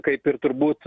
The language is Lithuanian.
kaip ir turbūt